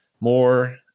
more